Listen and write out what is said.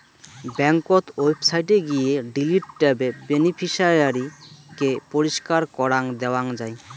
ব্যাংকোত ওয়েবসাইটে গিয়ে ডিলিট ট্যাবে বেনিফিশিয়ারি কে পরিষ্কার করাং দেওয়াং যাই